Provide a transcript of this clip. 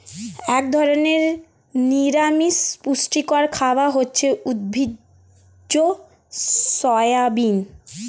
এক ধরনের নিরামিষ পুষ্টিকর খাবার হচ্ছে উদ্ভিজ্জ সয়াবিন